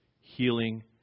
healing